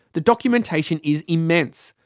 the documentation is immense.